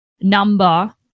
number